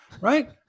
right